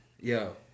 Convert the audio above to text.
Yo